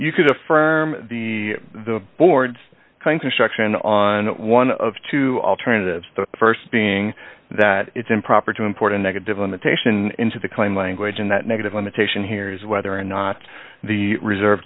you could affirm the the board's construction on one of two alternatives the st being that it's improper to import a negative limitation into the claim language in that negative limitation here is whether or not the reserve